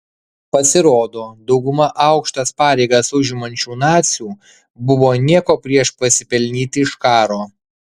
pasirodo dauguma aukštas pareigas užimančių nacių buvo nieko prieš pasipelnyti iš karo